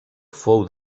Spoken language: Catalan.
fou